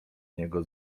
niego